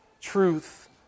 Truth